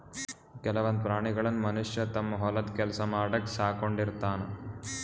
ಕೆಲವೊಂದ್ ಪ್ರಾಣಿಗಳನ್ನ್ ಮನಷ್ಯ ತಮ್ಮ್ ಹೊಲದ್ ಕೆಲ್ಸ ಮಾಡಕ್ಕ್ ಸಾಕೊಂಡಿರ್ತಾನ್